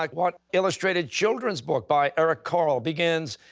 like what illustrated children's book by eric carle begins,